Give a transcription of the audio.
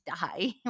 die